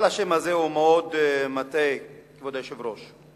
אבל השם הזה הוא מאוד מטעה, כבוד היושב-ראש.